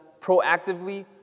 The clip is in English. proactively